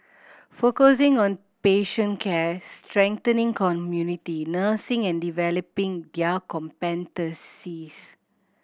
focusing on patient care strengthening community nursing and developing their competencies